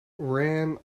ran